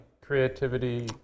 creativity